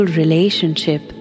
relationship